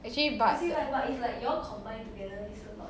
actually but